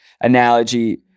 analogy